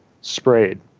sprayed